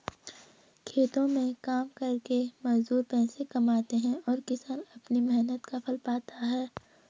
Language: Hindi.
खेतों में काम करके मजदूर पैसे कमाते हैं और किसान अपनी मेहनत का फल पाता है